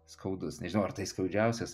skaudus nežinau ar tai skaudžiausias